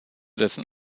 dessen